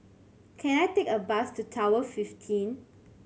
can I take a bus to Tower fifteen